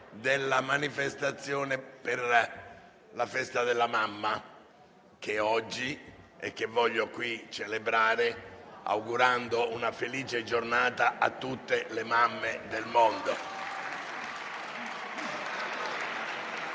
della manifestazione per la festa della mamma, che è oggi e che desidero celebrare augurando una felice giornata a tutte le mamme del mondo.